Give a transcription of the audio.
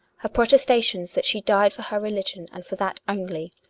her protestations that she died for her religion and for that only,